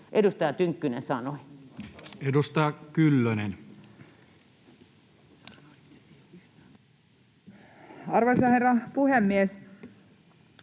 edustaja Tynkkynen sanoi. Edustaja Kyllönen. Arvoisa herra puhemies!